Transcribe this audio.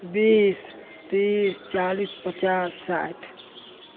बीस तीस चालीस पचास साठ